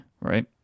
right